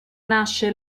nasce